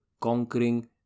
conquering